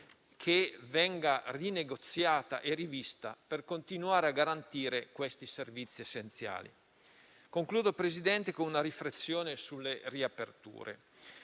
che venga rinegoziata e rivista per continuare a garantire questi servizi essenziali. In conclusione, signor Presidente, vorrei fare una riflessione sulle riaperture.